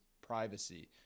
privacy